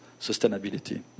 sustainability